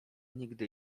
nigdy